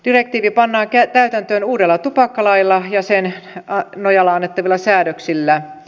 direktiivi pannaan täytäntöön uudella tupakkalailla ja sen nojalla annettavilla säädöksillä